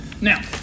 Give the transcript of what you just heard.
Now